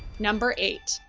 number eight,